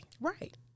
Right